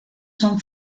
son